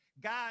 God